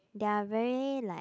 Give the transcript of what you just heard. they are very like